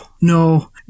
no